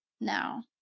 now